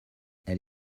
elle